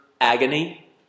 agony